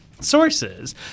sources